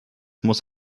muss